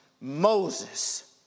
Moses